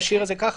נשאיר את זה כך?